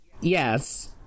Yes